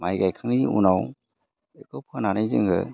माइ गायखांनायनि उनाव बैखौ फाननानै जोङो